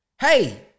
Hey